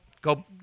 Go